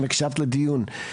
אם הקשבת לדיון.